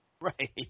right